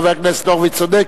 חבר הכנסת הורוביץ צודק.